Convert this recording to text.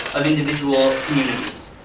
of individual communities.